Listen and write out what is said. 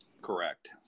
Correct